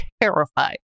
terrified